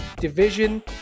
division